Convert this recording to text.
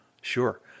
Sure